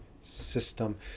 System